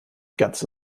ganze